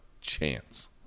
chance